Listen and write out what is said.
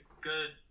good